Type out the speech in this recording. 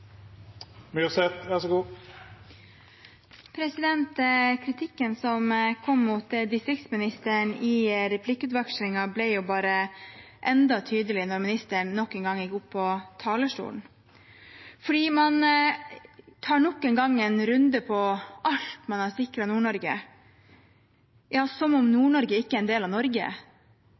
Kritikken som kom mot distriktsministeren i replikkvekslingen, ble bare enda tydeligere da ministeren nok en gang gikk opp på talerstolen. For man tar nok en gang en runde på alt man har sikret Nord-Norge, som om Nord-Norge ikke er en del av Norge,